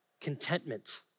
Contentment